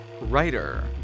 writer